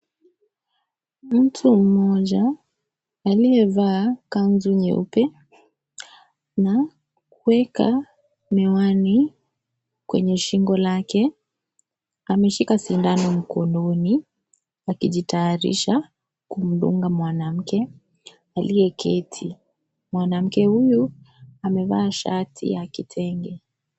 Mtu mmoja aliyevaa kanzu nyeupe na kuweka miwani kwenye shingo lake, ameshika sindano mkononi akijitayarisha kumdunga mwanamke aliyeketi. Mwanamke huyu amevaa shati ya kitenge.